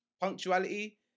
Punctuality